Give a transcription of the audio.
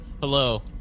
Hello